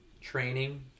training